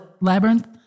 labyrinth